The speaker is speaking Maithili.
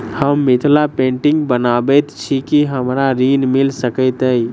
हम मिथिला पेंटिग बनाबैत छी की हमरा ऋण मिल सकैत अई?